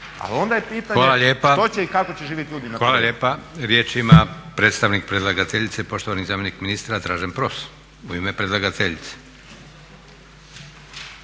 Ali onda je pitanje što će i kako će živjeti ljudi na tim